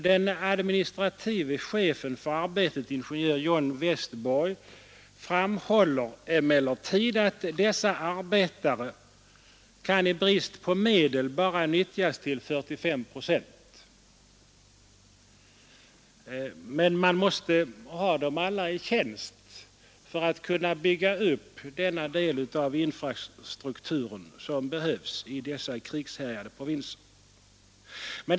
Den administrative chefen för arbetet, ingenjör Jon Westborg, framhåller emellertid att dessa arbetare i brist på medel bara kan utnyttjas till 45 procent. Men man måste ha dem alla i tjänst för att kunna bygga upp denna del av infrastrukturen som behövs i de krigshärjade provinserna.